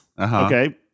okay